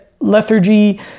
lethargy